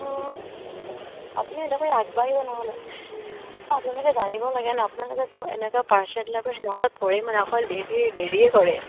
অঁ আপুনি এডোখৰ আগবাঢ়ি আহিব নহ'লে আপোনালোকে জানিব লাগে ন আপোনালোকে চব এনেকুৱা কৰে মানে অকল দেৰি দেৰিয়ে কৰে